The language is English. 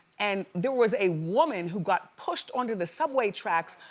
and there was a woman who got pushed onto the subway tracks,